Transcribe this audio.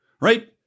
right